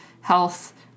health